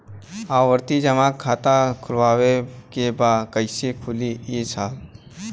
आवर्ती जमा खाता खोलवावे के बा कईसे खुली ए साहब?